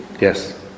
Yes